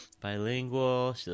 Bilingual